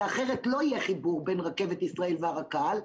ואחרת לא יהיה חיבור בין רכבת ישראל והרכ"ל.